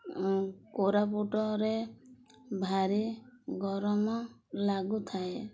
କୋରାପୁଟରେ ଭାରି ଗରମ ଲାଗୁଥାଏ